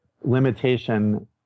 limitation